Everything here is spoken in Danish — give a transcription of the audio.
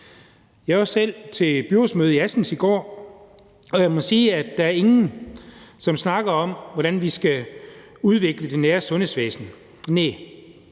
Jeg var selv til byrådsmøde i Assens i går, og jeg må sige, at der ikke er nogen, som snakker om, hvordan vi skal udvikle det nære sundhedsvæsen. Næh,